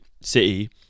City